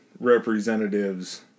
representatives